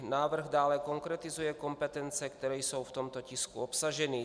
Návrh dále konkretizuje kompetence, které jsou v tomto tisku obsaženy.